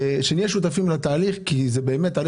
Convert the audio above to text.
שנהיה שותפים לתהליך כי זה באמת תהליך